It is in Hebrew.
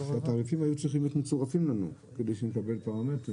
שהתעריפים היו צריכים להיות מצורפים לנו כדי שנדע על הפרמטרים.